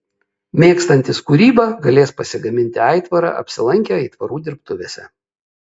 mėgstantys kūrybą galės pasigaminti aitvarą apsilankę aitvarų dirbtuvėse